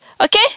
Okay